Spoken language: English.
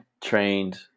trained